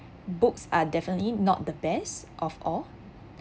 books are definitely not the best of all